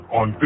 on